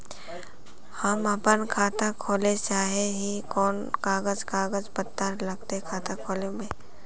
हम अपन खाता खोले चाहे ही कोन कागज कागज पत्तार लगते खाता खोले में?